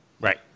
Right